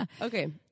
Okay